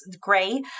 gray